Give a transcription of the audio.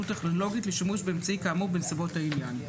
טכנולוגית לשימוש באמצעי כאמור בנסיבות העניין.